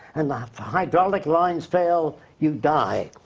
and if the hydraulic lines fail, you die.